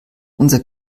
unser